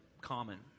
common